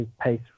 pace